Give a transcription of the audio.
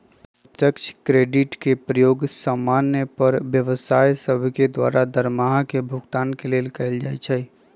प्रत्यक्ष क्रेडिट के प्रयोग समान्य पर व्यवसाय सभके द्वारा दरमाहा के भुगतान के लेल कएल जाइ छइ